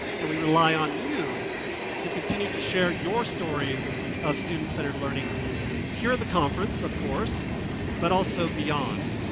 and we really on you to continue to share your stories of student-centered learning hear at the conference of course but also beyond.